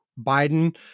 Biden